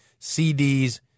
CDs